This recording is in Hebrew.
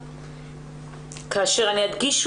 אני רוצה להדגיש,